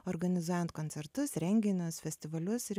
organizuojant koncertus renginius festivalius ir